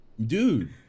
Dude